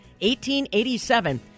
1887